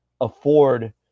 afford